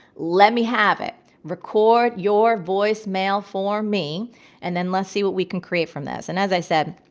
let me have it. record your voicemail for me and then let's see what we can create from this. and as i said,